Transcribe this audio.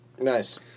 Nice